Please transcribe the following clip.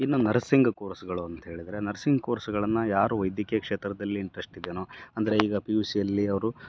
ಇನ್ನ ನರಸಿಂಗ್ ಕೋರ್ಸ್ಗಳು ಅಂತ ಹೇಳಿದರೆ ನರ್ಸಿಂಗ್ ಕೋರ್ಸ್ಗಳನ್ನ ಯಾರು ವೈದ್ಯಕೀಯ ಕ್ಷೇತ್ರದಲ್ಲಿ ಇಂಟ್ರೆಸ್ಟ್ ಇದೆನೋ ಅಂದರೆ ಈಗ ಪಿ ಯು ಸಿಯಲ್ಲಿ ಅವರು